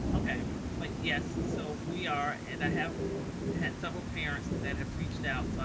okay. but like yes, so we are. and i have had several parents that have reached out. so